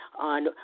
on